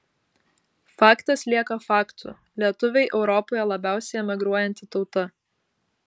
faktas lieka faktu lietuviai europoje labiausiai emigruojanti tauta